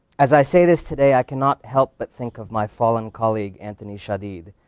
as i say this today, i cannot help but think of my fallen colleague, anthony shadid,